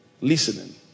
listening